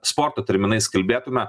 sporto terminais kalbėtumėme